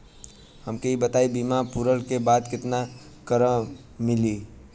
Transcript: हमके ई बताईं बीमा पुरला के बाद केतना रकम मिली?